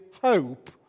hope